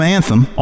Anthem